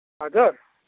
हजुर